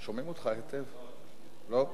שומעים אותך היטב, לא?